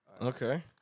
Okay